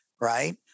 right